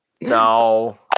No